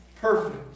Perfect